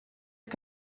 het